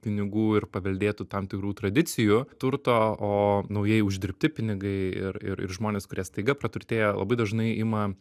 pinigų ir paveldėtų tam tikrų tradicijų turto o naujai uždirbti pinigai ir ir ir žmonės kurie staiga praturtėja labai dažnai ima